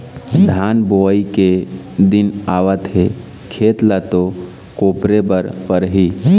धान बोवई के दिन आवत हे खेत ल तो कोपरे बर परही